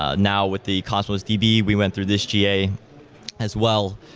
ah now, with the cosmos db, we went through this ga as well.